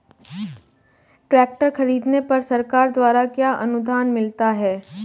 Tractor खरीदने पर सरकार द्वारा क्या अनुदान मिलता है?